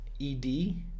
ED